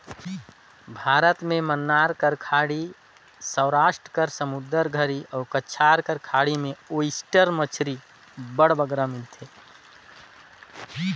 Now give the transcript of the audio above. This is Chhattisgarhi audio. भारत में मन्नार कर खाड़ी, सवरास्ट कर समुंदर घरी अउ कच्छ कर खाड़ी में ओइस्टर मछरी अब्बड़ बगरा मिलथे